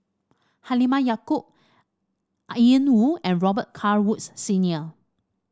Halimah Yacob Ian Woo and Robet Carr Woods Senior